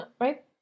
Right